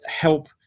help